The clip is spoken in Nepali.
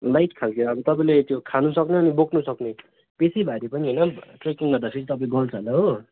लाइट खाल्के अब तपाईँले त्यो खानु सक्ने अनि बोक्नु सक्ने बेसी भारी पनि होइन ट्रेकिङ जाँदाखेरि तपाईँ गल्छ होला हो